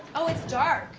ah it's dark,